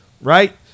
right